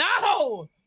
no